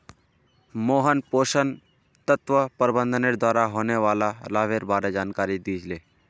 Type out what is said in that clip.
मोहन पोषण तत्व प्रबंधनेर द्वारा होने वाला लाभेर बार जानकारी दी छि ले